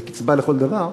זו קצבה לכל דבר,